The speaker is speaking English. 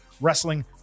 Wrestling